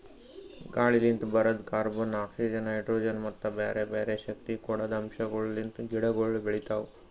ಗಾಳಿಲಿಂತ್ ಬರದ್ carbon, oxygen, hydrogen ಮತ್ತ ಬ್ಯಾರೆ ಬ್ಯಾರೆ ಶಕ್ತಿ ಕೊಡದ್ ಅಂಶಗೊಳ್ ಲಿಂತ್ ಗಿಡಗೊಳ್ ಬೆಳಿತಾವ್